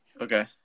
Okay